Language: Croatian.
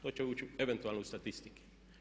To će ući eventualno u statistike.